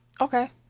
Okay